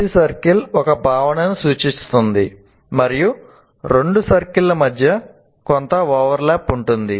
ప్రతి సర్కిల్ ఒక భావనను సూచిస్తుంది మరియు రెండు సర్కిల్ల మధ్య కొంత ఓవెర్ల్యాప్ ఉంటుంది